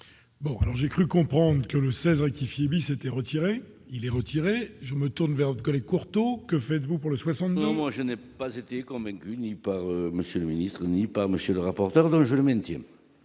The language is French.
Bon alors, j'ai cru comprendre que le 16 rectifier s'était retiré il est retiré, je me tourne vers de coller Courteau : que faites-vous pour le 60. Non, moi je n'ai pas été convaincu ni pas monsieur le ministre, ni par monsieur le rapporteur, je le maintiens.